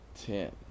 ten